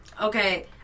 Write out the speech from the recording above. okay